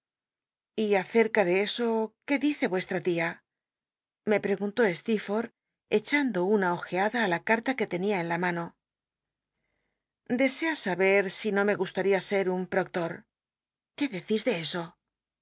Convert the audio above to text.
y acerca de eso qué dice vueslta tia me preguntó steerfortb cebando una ojeada í la carta que tenia en la mano desea saber si no me gustaría cr un proctor qué decís de eso